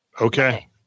Okay